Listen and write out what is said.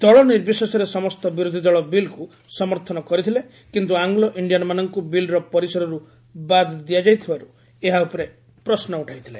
ଦଳ ନିର୍ବିଶେଷରେ ସମସ୍ତ ବିରୋଧୀ ଦଳ ବିଲ୍କୁ ସମର୍ଥନ କରିଥିଲେ କିନ୍ତୁ ଆଙ୍ଗ୍ଲୋ ଇଣ୍ଡିଆନ୍ମାନଙ୍କୁ ବିଲ୍ର ପରିସରରୁ ବାଦ ଦିଆଯାଇଥିବାରୁ ଏହା ଉପରେ ପ୍ରଶ୍ନ ଉଠାଇଥିଲେ